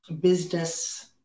business